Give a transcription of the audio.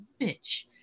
bitch